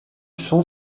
son